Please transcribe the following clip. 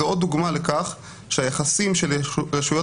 זו עוד דוגמה לכך שביחסים של רשויות